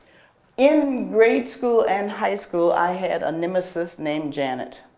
in grade school and high school, i had a nemesis named janet.